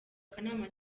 akanama